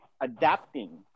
adapting